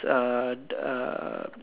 uh